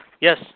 Yes